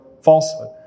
falsehood